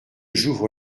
j’ouvre